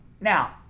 Now